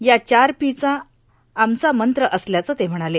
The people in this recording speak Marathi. या चार पी चा आमचा मंत्र असल्याचं ते म्हणाले